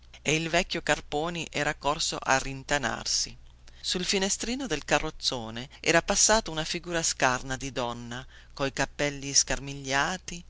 e il vecchio carponi era corso a rintanarsi sul finestrino del carrozzone era passata una figura bianca di donna coi capelli scarmigliati